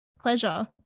pleasure